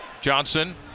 Johnson